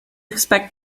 expect